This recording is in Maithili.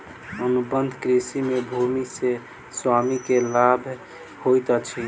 अनुबंध कृषि में भूमि के स्वामी के लाभ होइत अछि